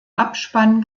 abspann